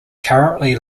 currently